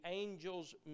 angel's